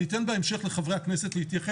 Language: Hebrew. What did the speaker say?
אני אתן בהמשך לחברי הכנסת להתייחס.